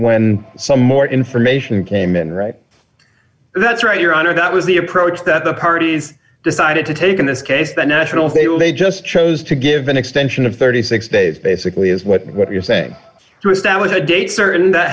when some more information came in right that's right your honor that was the approach that the parties decided to take in this case the nationals they will they just chose to give an extension of thirty six days basically is what you're saying to establish a date certain that